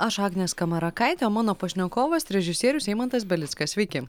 aš agnė skamarakaitė o mano pašnekovas režisierius eimantas belickas sveiki